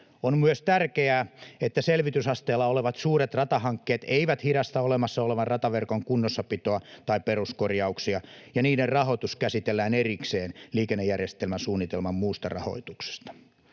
On myös tärkeää, että selvitysasteella olevat suuret ratahankkeet eivät hidasta olemassa olevan rataverkon kunnossapitoa tai peruskorjauksia ja niiden rahoitus käsitellään erikseen liikennejärjestelmäsuunnitelman muusta rahoituksesta.